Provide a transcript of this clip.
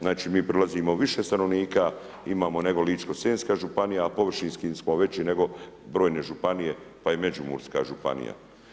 Znači mi prelazimo više stanovnika, imamo nego Ličko-senjsku županiju a površinski smo veći nego brojne županije pa i Međimurska županija.